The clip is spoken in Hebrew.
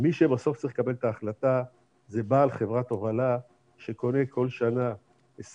מי שבסוף צריך לקבל את ההחלטה זה בעל חברת הובלה שקונה כל שנה 20,